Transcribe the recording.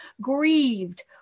grieved